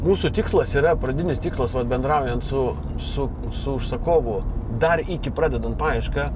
mūsų tikslas yra pradinis tikslas vat bendraujant su su su užsakovu dar iki pradedant paiešką